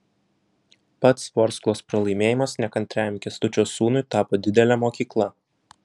pats vorsklos pralaimėjimas nekantriajam kęstučio sūnui tapo didele mokykla